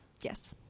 Yes